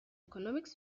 economics